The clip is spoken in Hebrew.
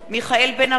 מיכאל בן-ארי,